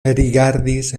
rigardis